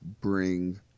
Bring